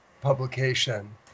publication